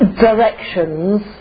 directions